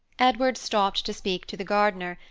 edward stopped to speak to the gardener,